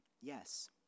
Yes